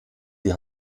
die